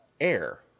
air